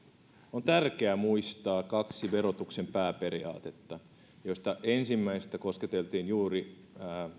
on tärkeä muistaa kaksi verotuksen pääperiaatetta joista ensimmäistä kosketeltiin juuri